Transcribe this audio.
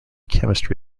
chemistry